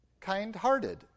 kind-hearted